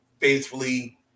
faithfully